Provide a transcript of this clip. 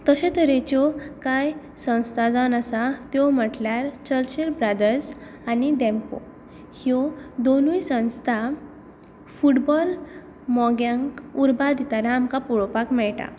अशे तरेच्यो कांय संस्था जावन आसात त्यो म्हटल्यार चर्चील ब्रादर्स आनी डॅम्पो ह्यो दोनूय संस्था फुटबॉल मोग्यांक उर्बा दितना आमकां पळोवपाक मेळटा